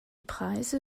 preise